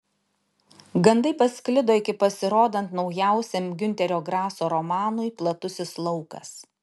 gandai pasklido iki pasirodant naujausiam giunterio graso romanui platusis laukas